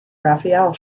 raphael